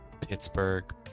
Pittsburgh